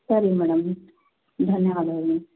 ಸರಿ ಮೇಡಮ್ ಧನ್ಯವಾದಗಳು